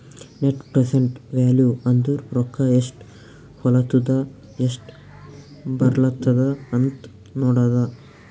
net present value ಅಂದುರ್ ರೊಕ್ಕಾ ಎಸ್ಟ್ ಹೊಲತ್ತುದ ಎಸ್ಟ್ ಬರ್ಲತ್ತದ ಅಂತ್ ನೋಡದ್ದ